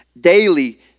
daily